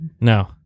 No